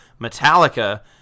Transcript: Metallica